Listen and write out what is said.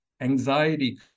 anxiety